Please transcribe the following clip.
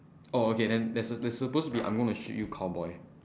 oh okay then there's a there's supposed to be I'm gonna shoot you cowboy